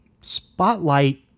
spotlight